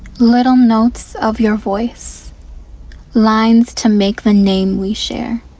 little notes of your voice lines to make the name we share